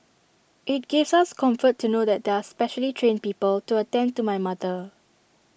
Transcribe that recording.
IT gives us comfort to know that there are specially trained people to attend to my mother